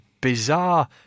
bizarre